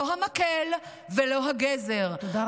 לא המקל ולא הגזר, תודה רבה.